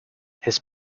his